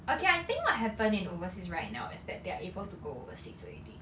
okay I think what happen in overseas right now is that they're able to go overseas already